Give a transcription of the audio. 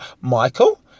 Michael